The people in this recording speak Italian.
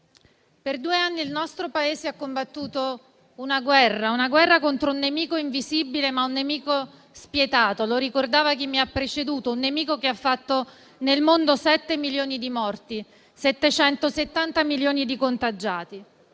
per due anni il nostro Paese ha combattuto una guerra, una guerra contro un nemico invisibile, ma un nemico spietato. Lo ricordava chi mi ha preceduto: un nemico che ha fatto nel mondo 7 milioni di morti, 770 milioni di contagiati.